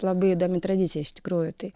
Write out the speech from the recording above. labai įdomi tradicija iš tikrųjų tai